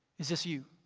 is this you?